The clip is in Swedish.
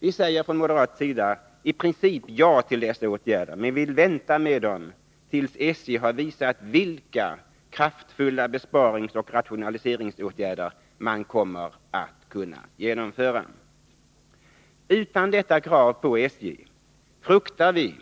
Vi moderater säger i princip ja till dessa åtgärder, men vi vill vänta med dem tills SJ har visat vilka kraftfulla besparingsoch rationaliseringsåtgärder man kommer att genomföra. Utan detta krav på SJ fruktar vi